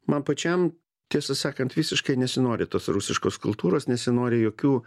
man pačiam tiesą sakant visiškai nesinori tos rusiškos kultūros nesinori jokių